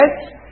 yes